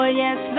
yes